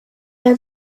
had